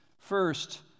First